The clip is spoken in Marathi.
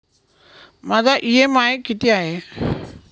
माझा इ.एम.आय किती आहे?